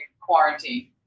quarantine